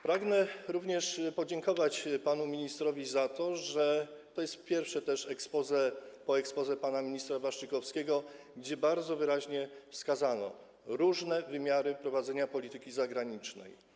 Pragnę również podziękować panu ministrowi za to, że to jest pierwsze też exposé po exposé pana ministra Waszczykowskiego, gdzie bardzo wyraźnie wskazano różne wymiary prowadzenia polityki zagranicznej.